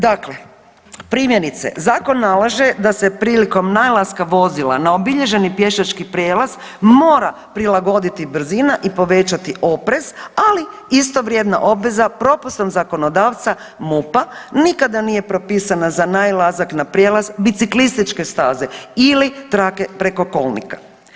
Dakle primjerice, zakon nalaže da se prilikom nailaska vozila na obilježeni pješački prijelaz mora prilagoditi brzina i povećati oprez, ali istovrijedna obveza propustom zakonodavca MUP-a nikada nije propisana za nailazak na prijelaz biciklističke staze ili trake preko kolnika.